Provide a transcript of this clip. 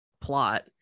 plot